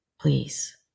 please